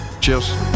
Cheers